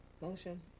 Motion